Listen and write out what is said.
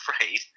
afraid